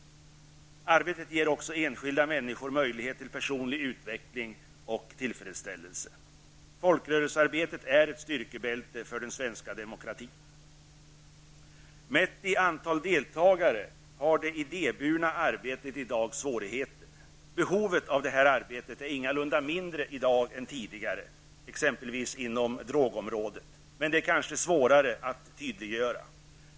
Det arbetet ger också enskilda människor möjlighet till personlig utveckling och tillfredsställelse. Folkrörelsearbetet är ett styrkebälte för den svenska demokratin. Mätt i antal deltagare har det idéburna arbetet i dag svårigheter. Behovet av det arbetet är ingalunda mindre i dag än tidigare, exempelvis inom drogområdet, men det är kanske svårare att tydliggöra.